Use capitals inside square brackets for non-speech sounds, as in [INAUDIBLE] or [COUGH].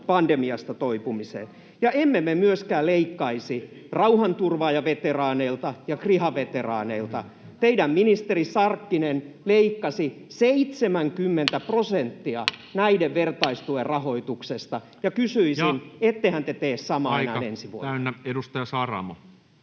te leikkaisitte?] Ja emme me myöskään leikkaisi rauhanturvaajaveteraaneilta ja kriha-veteraaneilta. Teidän ministeri Sarkkinen leikkasi 70 prosenttia [NOISE] näiden vertaistuen rahoituksesta. Ja kysyisin: ettehän te tee samaa enää ensi vuonna? Ja aika täynnä. — Edustaja Saramo.